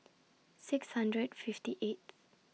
six hundred fifty eighth